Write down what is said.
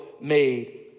made